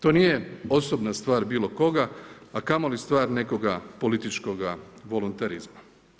To nije osobna stvar bilo koga, a kamoli stvar nekoga političkog volonterizma.